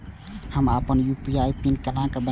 हम अपन UPI PIN केना बनैब?